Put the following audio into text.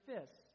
fists